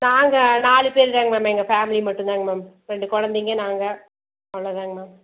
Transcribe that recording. நாங்கள் நாலு பேர் தாங்க மேம் எங்கள் ஃபேமிலி மட்டுந்தாங்க மேம் ரெண்டு குழந்தைங்க நாங்கள் அவ்வளோ தாங்க மேம்